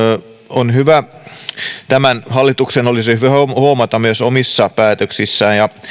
tämän hallituksen olisi hyvä huomata se myös omissa päätöksissään ja